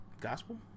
Gospel